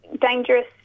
dangerous